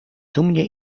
dumnie